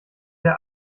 der